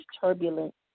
turbulent